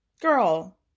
Girl